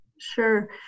Sure